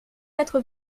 quatre